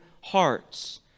hearts